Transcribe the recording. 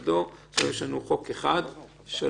הצבעה בעד, פה אחד הצעות החוק מוזגו.